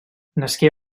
nasqué